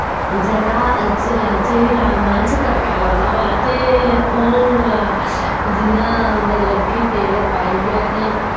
जेह्ड़ा अज्ज अज्जे दे राजमाह् च तड़का लाना होऐ ते ओह् जि'यां मतलब कि तेल पाइयै ते